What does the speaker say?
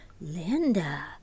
Linda